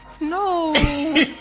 no